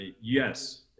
yes